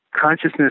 consciousness